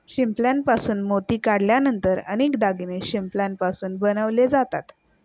शिंपल्यापासून मोती काढल्यानंतर अनेक दागिने शिंपल्यापासून बनवले जातात